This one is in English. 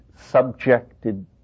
subjected